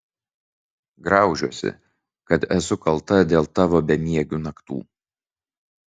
graužiuosi kad esu kalta dėl tavo bemiegių naktų